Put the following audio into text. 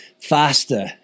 faster